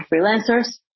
freelancers